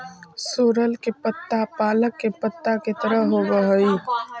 सोरल के पत्ता पालक के पत्ता के तरह होवऽ हई